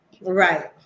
Right